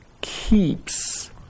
keeps